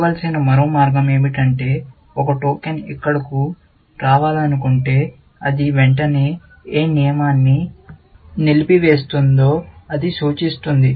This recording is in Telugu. చూడవలసిన మరో మార్గం ఏమిటంటే ఒక టోకెన్ ఇక్కడకు రావాలనుకుంటే అది వెంటనే ఏ నియమాన్ని నిలిపివేస్తుందో అది సూచిస్తుంది